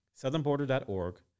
Southernborder.org